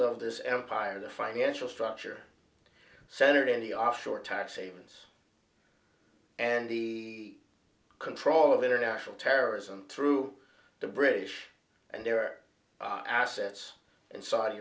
of this empire the financial structure centered in the offshore tax havens and the control of international terrorism through the british and their assets and saudi